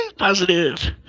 Positive